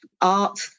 art